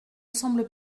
semble